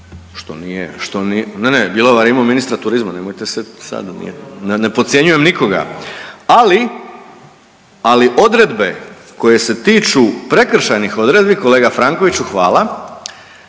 Što nije, što nije, ne, ne, Bjelovar je imao ministra turizma, nemojte se samnom, ne podcjenjujem nikoga, ali, ali odredbe koje se tiču prekršajnih odredbi, kolega Frankoviću hvala.